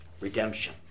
redemption